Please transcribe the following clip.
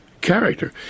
character